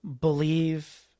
believe